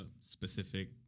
specific